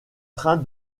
train